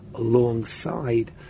Alongside